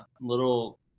little